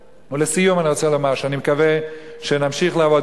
לסיום אני רוצה לומר שאני מקווה שנמשיך לעבוד